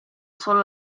solo